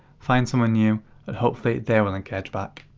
find someone new and hopefully they will engage back.